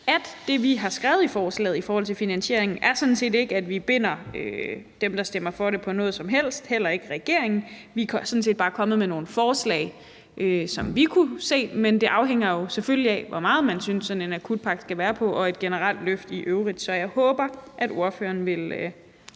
at det, vi har skrevet i forslaget om finansieringen, sådan set ikke er, at vi binder dem, der stemmer for det – heller ikke regeringen – til noget som helst. Vi er sådan set bare kommet med nogle forslag til tiltag, som vi kunne se for os, men det afhænger jo selvfølgelig af, hvor meget man synes sådan en akutpakke og et generelt løft i øvrigt skal være på. Så jeg håber, at ordføreren vil